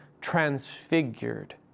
transfigured